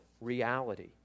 reality